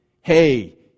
Hey